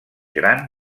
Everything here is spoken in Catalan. gran